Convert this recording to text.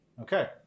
Okay